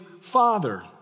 Father